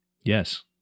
yes